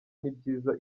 n’ibyiza